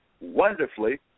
wonderfully